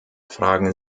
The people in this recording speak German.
fragen